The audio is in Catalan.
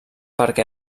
perquè